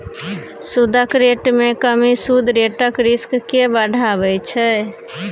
सुदक रेट मे कमी सुद रेटक रिस्क केँ बढ़ाबै छै